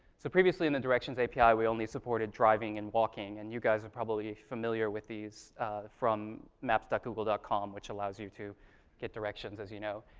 so previously in the directions api, we only supported driving and walking, and you guys are probably familiar with these from maps but google com, which allows you to get directions, as you know.